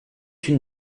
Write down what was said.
une